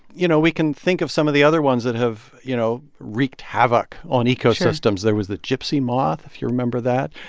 you know, we can think of some of the other ones that have, you know, wreaked havoc on ecosystems sure there was the gypsy moth, if you remember that,